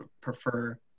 prefer